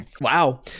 Wow